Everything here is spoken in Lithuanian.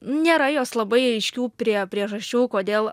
nėra jos labai aiškių prie priežasčių kodėl